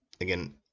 Again